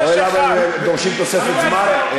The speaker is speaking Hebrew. אתה רואה למה הם דורשים תוספת זמן?